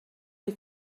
wyt